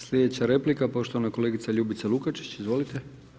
Slijedeća replika, poštovana kolegica Ljubica Lukačić, izvolite.